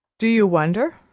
do you wonder?